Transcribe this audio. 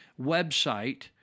website